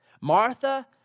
Martha